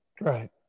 Right